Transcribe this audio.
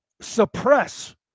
suppress